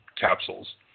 capsules